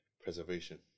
preservation